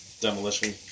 Demolition